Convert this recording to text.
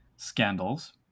scandals